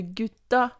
gutta